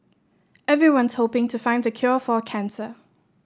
everyone's hoping to find the cure for cancer